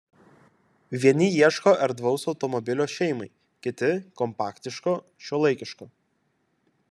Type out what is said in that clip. vieni ieško erdvaus automobilio šeimai kiti kompaktiško šiuolaikiško